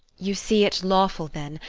you see it lawful then.